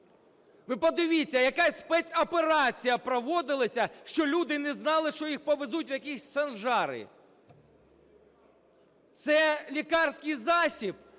Ви подивіться, яка спецоперація проводилася, що люди не знали, що їх повезуть в якісь Санжари. Це лікарський засіб